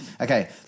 Okay